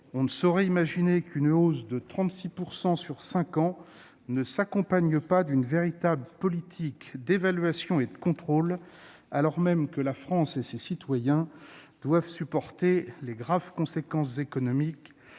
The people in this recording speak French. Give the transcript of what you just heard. On ne saurait imaginer qu'une hausse de 36 % sur cinq ans ne s'accompagne pas d'une véritable politique d'évaluation et de contrôle, alors même que la France et ses citoyens doivent supporter les graves conséquences économiques